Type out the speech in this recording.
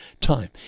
time